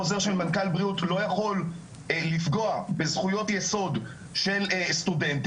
חוזר של מנכ"ל הבריאות לא יכול לפגוע בזכויות יסוד של סטודנטים,